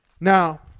Now